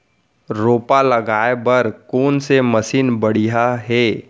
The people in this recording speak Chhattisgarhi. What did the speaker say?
रोपा लगाए बर कोन से मशीन बढ़िया हे?